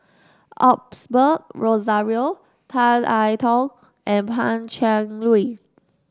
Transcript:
Osbert Rozario Tan I Tong and Pan Cheng Lui